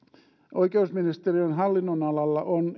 oikeusministeriön hallinnonalalla on